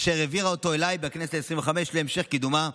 אשר העבירה אותו אליי בכנסת העשרים-וחמש להמשך קידומה.